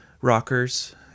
rockers